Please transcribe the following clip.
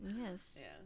yes